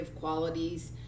qualities